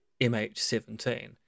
MH17